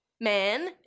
man